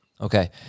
Okay